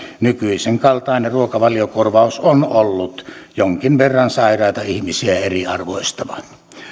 nykyisenkaltainen ruokavaliokorvaus on ollut jonkin verran sairaita ihmisiä eriarvoistava